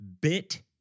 bit